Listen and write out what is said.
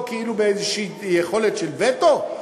כאילו באיזה יכולת של וטו?